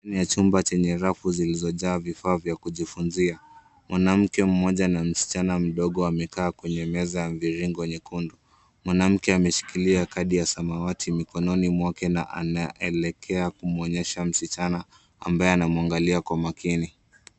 Ndani ya chumba chenye rafu zilizojaa vifaa vya kujifunzia. Mwanamke mmoja na msichana mdogo wamekaa kwenye meza ya mviringo nyekundu. Mwanamke ameshikilia kadi ya samawati mikononi mwake na anaelekea kumwonyesha msichana ambaye anamwangalia Kwa makini.